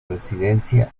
residencia